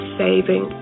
saving